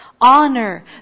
Honor